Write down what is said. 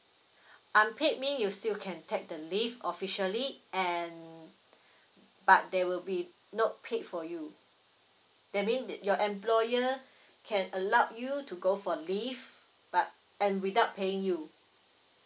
unpaid mean you still can take the leave officially and but there will be no paid for you that mean that your employer can allow you to go for leave but and without paying you